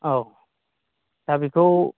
औ दा बेखौ